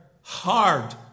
hard